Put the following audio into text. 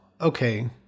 okay